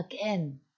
again